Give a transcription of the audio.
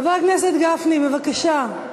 חבר הכנסת גפני, בבקשה.